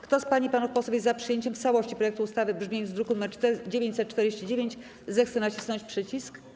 Kto z pań i panów posłów jest za przyjęciem w całości projektu ustawy w brzmieniu z druku nr 949, zechce nacisnąć przycisk.